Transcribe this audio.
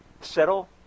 Settle